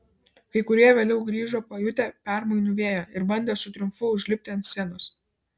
kai kurie vėliau grįžo pajutę permainų vėją ir bandė su triumfu užlipti ant scenos